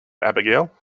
abigail